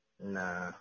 Nah